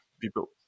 people